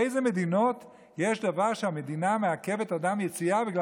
באילו מדינות יש דבר כזה שהמדינה מעכבת אדם ביציאה בגלל